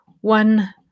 one